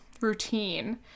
routine